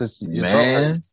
Man